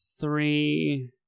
three